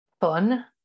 fun